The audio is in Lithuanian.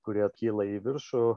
kurie kyla į viršų